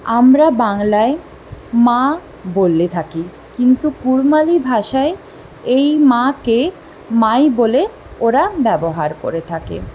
আমরা বাংলায় মা বলে থাকি কিন্তু কুড়মালি ভাষায় এই মাকে মাই বলে ওরা ব্যবহার করে থাকে